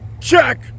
check